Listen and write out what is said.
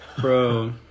bro